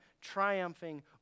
triumphing